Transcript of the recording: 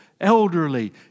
elderly